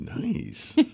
Nice